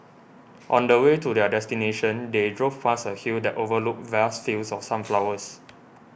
on the way to their destination they drove past a hill that overlooked vast fields of sunflowers